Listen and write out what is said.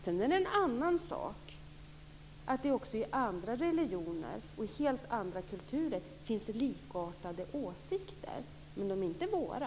Sedan är det en annan sak att det i andra religioner och andra kulturer finns likartade åsikter, men de är inte våra.